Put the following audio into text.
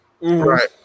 Right